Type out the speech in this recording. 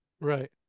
Right